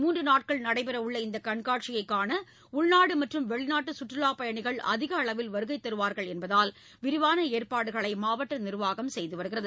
மூன்று நாட்கள் நடைபெற உள்ள இந்த கண்காட்சியைக் காண உள்நாடு மற்றும் வெளிநாட்டு சுற்றுலா பயணிகள் அதிக அளவில் வருகை தருவார்கள் என்பதால் விரிவான ஏற்பாடுகளை மாவட்ட நிர்வாகம் செய்து வருகிறது